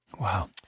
Wow